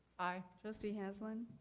aye. trustee hasland?